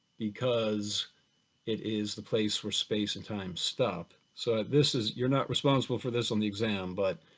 because it is the place where space and time stop. so this is, you're not responsible for this on the exam, but